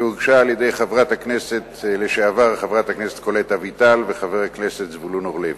שהוגשה על-ידי חברת הכנסת לשעבר קולט אביטל וחבר הכנסת זבולון אורלב.